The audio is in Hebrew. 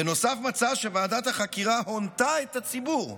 בנוסף הוא מצא שוועדת החקירה הונתה את הציבור,